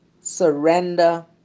Surrender